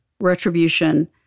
retribution